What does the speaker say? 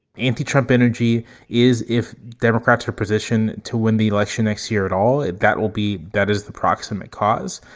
anti-trump energy is if democrats are positioned to win the election next year at all, that will be that is the proximate cause.